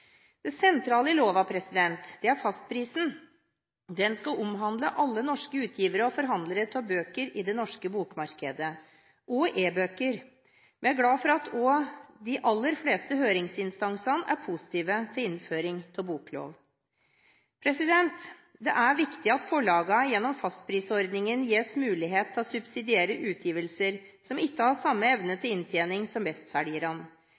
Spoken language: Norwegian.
Det sentrale i loven er fastprisen. Den skal omhandle alle norske utgivere og forhandlere av bøker i det norske bokmarkedet, også e-bøker. Vi er glad for at også de aller fleste høringsinstansene er positive til innføring av boklov. Det er viktig at forlagene gjennom fastprisordningen gis mulighet til å subsidiere utgivelser som ikke har samme evne til inntjening som